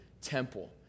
temple